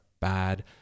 bad